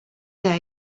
day